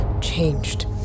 changed